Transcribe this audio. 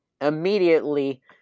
Immediately